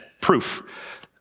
proof